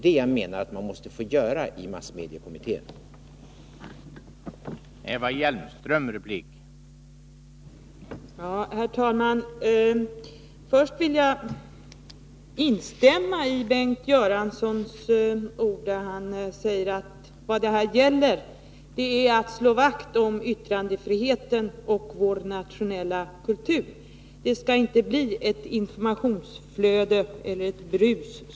En sådan prövning måste massmediekommittén få göra.